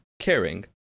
caring